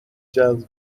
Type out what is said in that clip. جذب